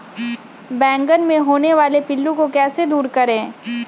बैंगन मे होने वाले पिल्लू को कैसे दूर करें?